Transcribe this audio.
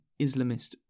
Islamist